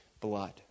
blood